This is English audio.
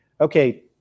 okay